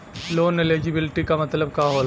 Loan eligibility का मतलब का होला?